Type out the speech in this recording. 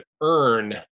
earn